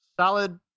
solid